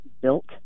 built